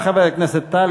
(חבר הכנסת מסעוד גנאים יוצא מאולם המליאה.) אחריו,